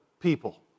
people